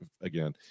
again